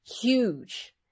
huge